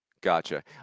Gotcha